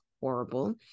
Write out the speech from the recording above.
horrible